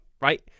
right